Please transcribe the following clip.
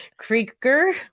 Creeker